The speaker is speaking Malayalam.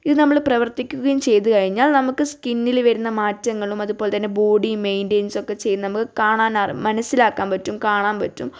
ഇത് നമ്മൾ പ്രവർത്തിക്കുകയും ചെയ്തുകഴിഞ്ഞാൽ നമുക്ക് സ്കിന്നിൽ വരുന്ന മാറ്റങ്ങളും അതുപോലെത്തന്നെ ബോഡിയും മെയിൻറ്റെയിൻസൊക്കെ ചെയ്യും നമുക്ക് കാണാൻ മനസ്സിലാക്കാൻ പറ്റും കാണാൻ പറ്റും